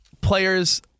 players